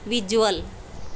visual